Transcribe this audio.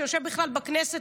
שיושב בכלל בכנסת,